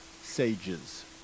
Sages